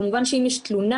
כמובן שאם יש תלונה,